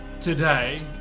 today